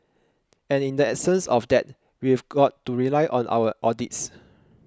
and in the absence of that we've got to rely on our audits